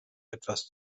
etwas